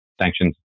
sanctions